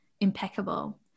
impeccable